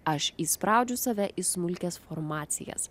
aš įspraudžiu save į smulkias formacijas